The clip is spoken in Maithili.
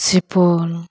सुपौल